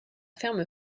ferme